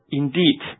indeed